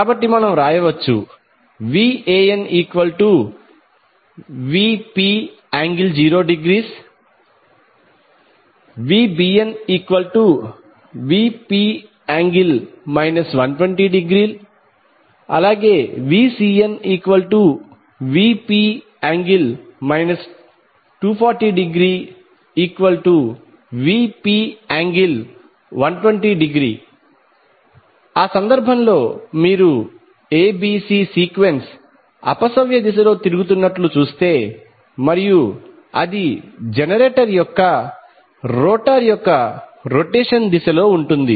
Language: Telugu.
కాబట్టి మనం వ్రాయవచ్చు VanVp∠0° VbnVp∠ 120° VcnVp∠ 240°Vp∠120° ఆ సందర్భంలో మీరు abc సీక్వెన్స్ అపసవ్య దిశలో తిరుగుతున్నట్లు చూస్తే మరియు అది జనరేటర్ యొక్క రోటర్ యొక్క రొటేషన్ దిశలో ఉంటుంది